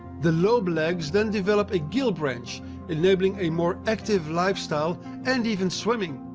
the lobe legs then develop a gill branch enabling a more active lifestyle and even swimming.